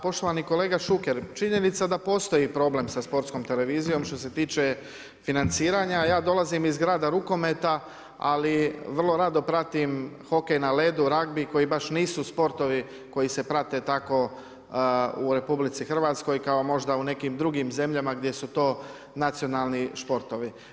Poštovani kolega Šuker, činjenica da postoji problem sa Sportskom televizijom što se tiče financiranja, ja dolazim iz grada rukometa, ali, vrlo rado pratim hokej na ledu, ragbi, koji baš nisu sportovi, koji se prate tako u RH kao možda u nekim drugim zemljama, gdje su to nacionalni športovi.